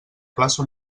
plaça